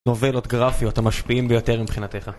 נובלות גרפיות המשפיעים ביותר מבחינתך